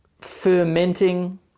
fermenting